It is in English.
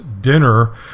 dinner